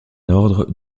ordre